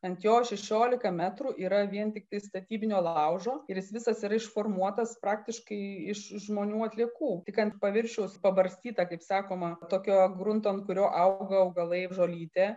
ant jo šešiolika metrų yra vien tiktai statybinio laužo ir jis visas yra išformuotas praktiškai iš žmonių atliekų tik ant paviršiaus pabarstyta kaip sakoma tokio grunto ant kurio auga augalai ir žolytė